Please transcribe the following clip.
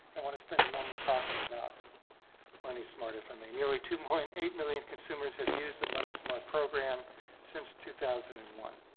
i want to spend a moment talking about money smart if i may. nearly two point eight million consumers have used the money smart program since two thousand and one.